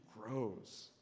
grows